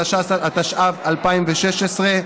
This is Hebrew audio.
התשע"ו 2016,